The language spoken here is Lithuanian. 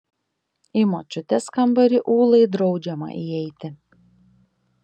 į močiutės kambarį ūlai draudžiama įeiti